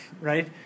right